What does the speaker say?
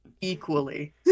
equally